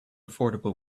affordable